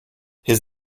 his